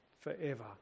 forever